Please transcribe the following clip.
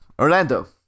Orlando